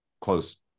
close